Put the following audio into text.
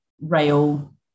rail